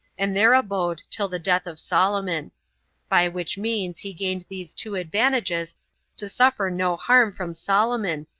and there abode till the death of solomon by which means he gained these two advantages to suffer no harm from solomon,